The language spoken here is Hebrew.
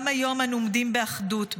גם היום אנו עומדים באחדות,